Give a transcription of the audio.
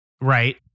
Right